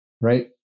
right